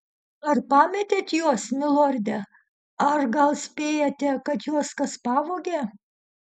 ar pametėt juos milorde ar gal spėjate kad juos kas pavogė